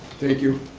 thank you.